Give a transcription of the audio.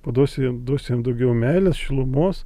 paduosiu jam duosiu jam daugiau meilės šilumos